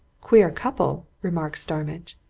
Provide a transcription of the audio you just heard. queer couple! remarked starmidge.